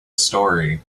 story